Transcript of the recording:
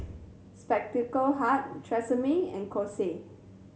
Spectacle Hut Tresemme and Kose